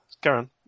Karen